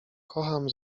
kocham